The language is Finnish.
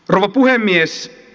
rouva puhemies